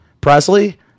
Presley